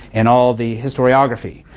and all the historiography.